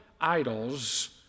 idols